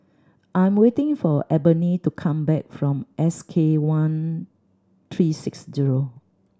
I'm waiting for Ebony to come back from S K one three six zero